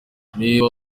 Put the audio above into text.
niba